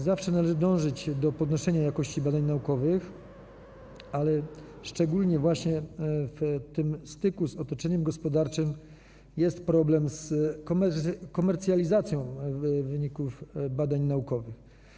Zawsze należy dążyć do podnoszenia jakości badań naukowych, ale szczególnie na styku z otoczeniem gospodarczym jest problem z komercjalizacją wyników badań naukowych.